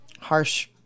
harsh